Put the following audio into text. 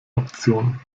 option